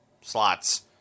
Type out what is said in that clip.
slots